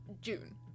june